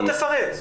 בוא תפרט.